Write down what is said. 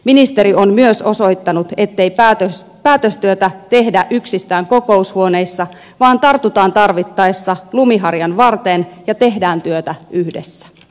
ministeri on myös osoittanut ettei päätöstyötä tehdä yksistään kokoushuoneissa vaan tartutaan tarvittaessa lumiharjan varteen ja tehdään työtä yhdessä